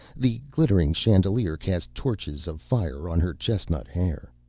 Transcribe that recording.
the glittering chandelier cast touches of fire on her chestnut hair.